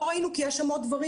לא ראינו כי יש שם עוד דברים,